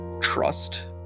trust